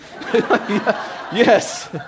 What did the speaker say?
Yes